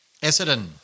Essendon